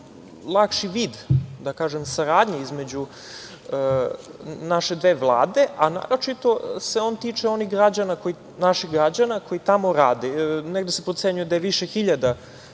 lakši vid saradnje između naše dve Vlade, a naročito se on tiče naših građana koji tamo rade, negde se procenjuje da je više hiljada